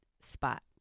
spot